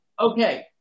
Okay